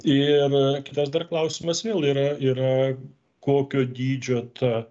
ir kitas dar klausimas vėl yra yra kokio dydžio ta